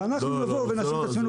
ואנחנו נבוא ונשים --- לא,